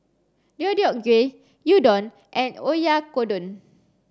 Deodeok Gui Udon and Oyakodon